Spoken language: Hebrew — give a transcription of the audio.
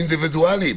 אינדיבידואלים,